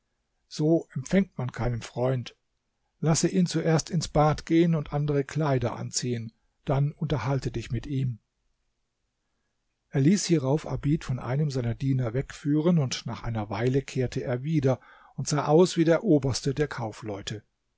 so empfängt man keinen freund lasse ihn zuerst ins bad gehen und andere kleider anziehen dann unterhalte dich mit ihm er ließ hierauf abid von einem seiner diener wegführen und nach einer weile kehrte er wieder und sah aus wie der oberste der kaufleute